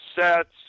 sets